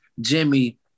Jimmy